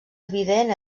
evident